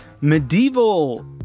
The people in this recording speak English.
medieval